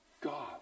God